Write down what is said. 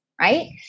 right